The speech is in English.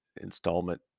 installment